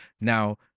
Now